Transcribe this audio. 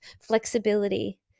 flexibility